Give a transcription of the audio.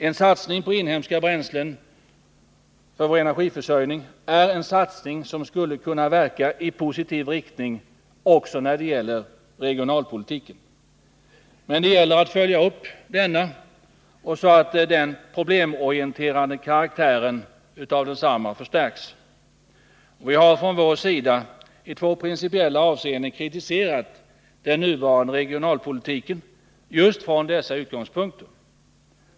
En satsning på inhemska bränslen för vår energiförsörjning är en satsning som skulle kunna verka i positiv riktning och ha en regionalpolitisk effekt. Men det gäller ändå att följa upp regionalpolitiken så att dess problemorienterade karaktär förstärks. Vi har från vår sida i två principiella avseenden kritiserat den nuvarande regionalpolitiken just från dessa utgångspunkter.